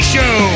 Show